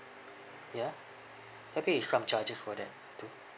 ya some charges for that too